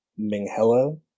Minghella